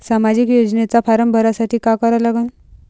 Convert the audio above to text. सामाजिक योजनेचा फारम भरासाठी का करा लागन?